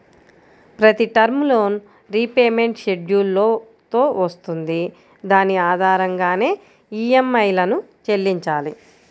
ప్రతి term loan repayment schedule తో వస్తుంది దాని ఆధారంగానే ఈఎంఐలను చెల్లించాలి